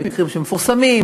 מקרים שמפורסמים,